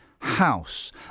house